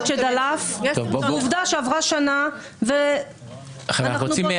עובדה שעברה שנה, ואנחנו פה.